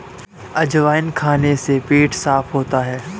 अजवाइन खाने से पेट साफ़ होता है